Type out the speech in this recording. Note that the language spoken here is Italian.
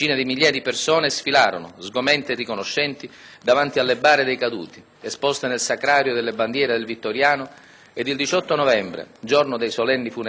ed il giorno dei solenni funerali di Stato in milioni fermarono per un minuto ogni attività, manifestando la loro partecipazione al lutto nazionale.